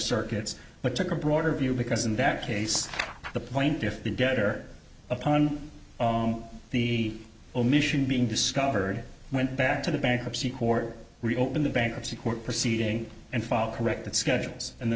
circuits but took a broader view because in that case the plaintiffs begetter upon the omission being discovered went back to the bankruptcy court reopen the bankruptcy court proceeding and fall corrected schedules and the